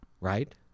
Right